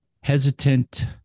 hesitant